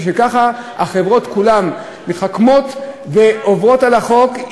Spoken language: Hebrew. כי ככה החברות כולן מתחכמות ועוברות על החוק,